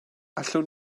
allwn